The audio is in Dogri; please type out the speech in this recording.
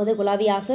ओह्दे कोला बी अस